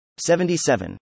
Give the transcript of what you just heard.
77